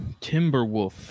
Timberwolf